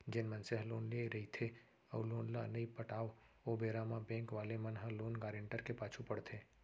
जेन मनसे ह लोन लेय रहिथे अउ लोन ल नइ पटाव ओ बेरा म बेंक वाले मन ह लोन गारेंटर के पाछू पड़थे